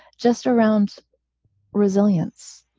just around resilience,